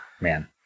man